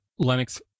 Linux